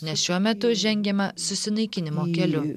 nes šiuo metu žengiame susinaikinimo keliu